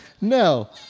No